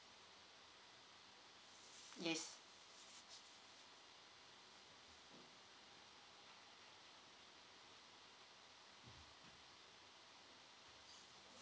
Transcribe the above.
yes